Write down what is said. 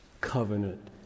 covenant